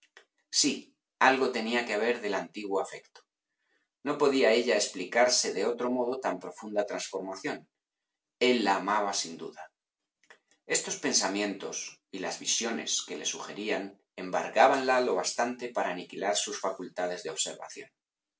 sí algo tenía que haber del antiguo afecto no podía ella explicarse de otro modo tan profunda transformación el la amaba sin duda estos pensamientos y las visiones que le sugerían embargábanla lo bastante para aniquilar sus facultades de observación